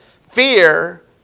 fear